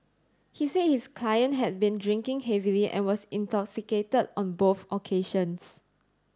he said his client had been drinking heavily and was intoxicated on both occasions